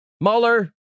Mueller